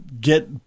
get